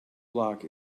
block